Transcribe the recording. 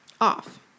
off